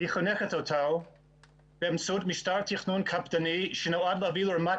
חונקת אותו באמצעות משטר תכנון קפדני שנועד להביא לרמת